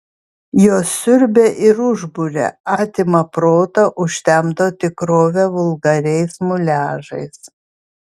jos siurbia ir užburia atima protą užtemdo tikrovę vulgariais muliažais